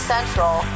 Central